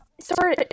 sorry